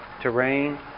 terrain